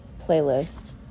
playlist